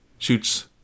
Shoots